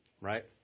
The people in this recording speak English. right